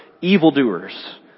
evildoers